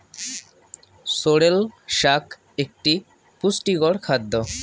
sorrel শাক একটি পুষ্টিকর খাদ্য